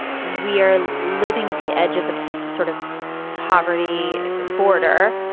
we are living at the edge of the sort of poverty border.